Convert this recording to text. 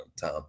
Tom